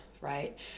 right